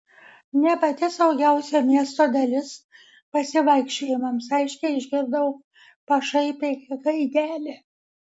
ne pati saugiausia miesto dalis pasivaikščiojimams aiškiai išgirdau pašaipią gaidelę